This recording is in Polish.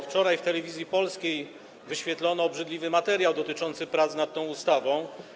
Wczoraj w Telewizji Polskiej wyświetlono obrzydliwy materiał dotyczący prac nad tą ustawą.